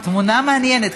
תמונה מעניינת.